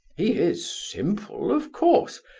he is simple, of course,